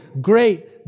great